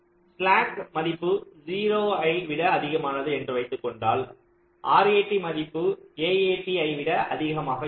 slack மதிப்பு 0 ஐ விட அதிகமானது என்று வைத்துக் கொண்டால் RAT மதிப்பு AAT ஐ விட அதிகமாக இருக்கும்